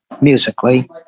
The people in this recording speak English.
musically